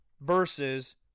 versus